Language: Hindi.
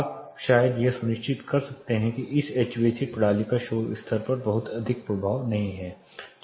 आप शायद यह सुनिश्चित कर सकते हैं कि इस एचवीएसी प्रणाली का शोर स्तर पर बहुत अधिक प्रभाव नहीं है